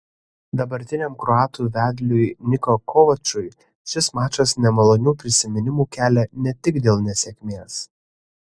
dabartiniam kroatų vedliui niko kovačui šis mačas nemalonių prisiminimų kelia ne tik dėl nesėkmės